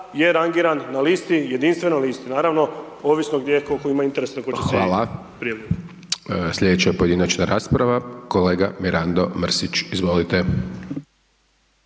je rangiran na listi, jedinstvenoj listi, naravno, ovisno gdje, koliko ima interesa tko će sjediti…/Govornik